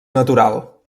natural